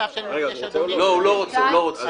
רגע, הוא רוצה או לא רוצה?